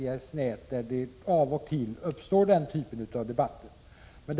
I det sammanhanget uppstår ju av och till den här typen av debatter.